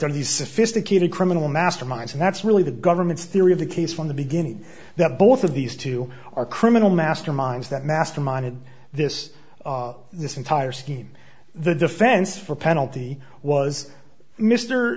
these sophisticated criminal masterminds and that's really the government's theory of the case from the beginning that both of these two are criminal masterminds that masterminded this this entire scheme the defense for penalty was mr